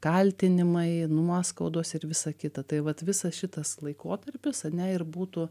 kaltinimai nuoskaudos ir visa kita tai vat visas šitas laikotarpis ane ir būtų